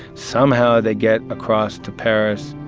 somehow, they get across to paris.